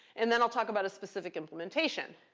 and then i'll talk about a specific implementation.